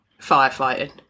firefighting